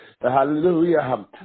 Hallelujah